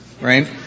right